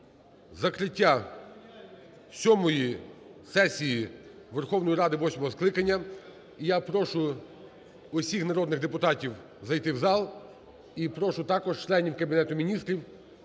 закриття сьомої сесії Верховної Ради восьмого скликання. І я прошу усіх народних депутатів зайти в зал. І прошу також членів Кабінету Міністрів